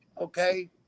okay